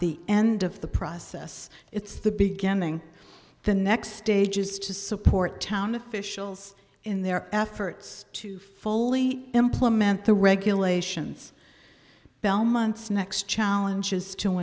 the end of the process it's the beginning the next stage is to support town officials in their efforts to fully implement the regulations bell months next challenge is to